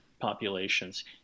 populations